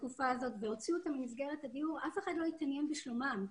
בתקופה הזאת והוציאו אותם ממסגרת הדיור אף אחד לא התעניין בשלומם.